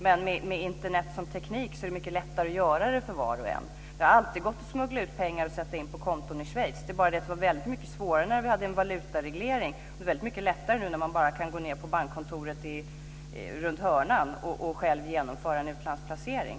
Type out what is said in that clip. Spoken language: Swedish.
Men med Internet som teknik så är det mycket lättare att göra det för var och en. Det har alltid gått att smuggla ut pengar och sätta in dem på konton i Schweiz. Men det var väldigt mycket svårare när vi hade en valutareglering, och det är väldigt mycket lättare nu när man bara kan gå ned till bankkontoret runt hörnan och själv genomföra en utlandsplacering.